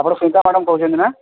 ଆପଣ ସୁନୀତା ମ୍ୟାଡ଼ାମ୍ କହୁଛନ୍ତି ନା